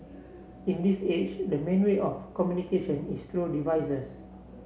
in this age the main way of communication is through devices